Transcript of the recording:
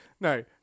no